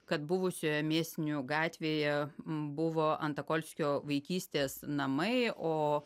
kad buvusioje mėsinių gatvėje buvo antokolskio vaikystės namai o